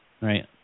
right